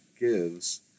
gives